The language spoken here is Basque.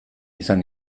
izan